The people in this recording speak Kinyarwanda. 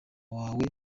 wawe